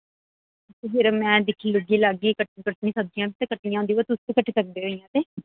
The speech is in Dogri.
फिर मैं दिखी दिक्खू लैगी न कटनी कुटनी सब्जियां सब्जी सूब्जी कट्नी होंदी कटी